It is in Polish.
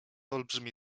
olbrzymi